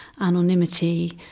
anonymity